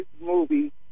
movie